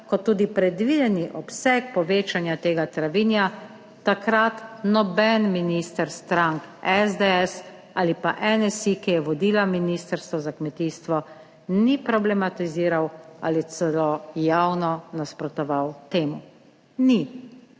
kot tudi predvideni obseg povečanja tega travinja, takrat noben minister strank SDS ali pa NSi, ki je vodila Ministrstvo za kmetijstvo, ni problematiziral ali celo javno nasprotoval temu. Ni,